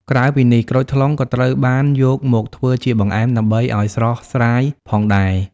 ក្រៅពីនេះ ក្រូចថ្លុងក៏ត្រូវបានយកមកធ្វើជាបង្អែមដើម្បីឲ្យស្រស់ស្រាយផងដែរ។